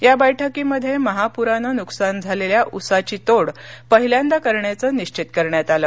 या बैठकीमध्ये महापुराने नुकसान झालेल्या उसाची तोड पहिल्यांदा करण्याचं निश्वित करण्यात आलं